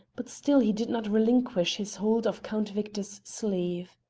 but still he did not relinquish his hold of count victor's sleeve.